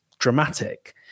dramatic